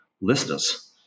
listeners